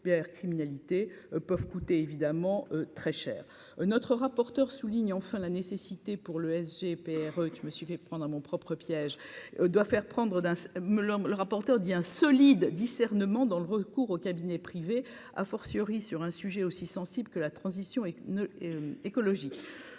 notre rapporteur souligne enfin la nécessité pour le SG PR que je me suis fait prendre à mon propre piège doit faire prendre melon, le rapporteur, dit un solide discernement dans le recours aux cabinets privés, a fortiori sur un sujet aussi sensible que la transition et ne.